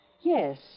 Yes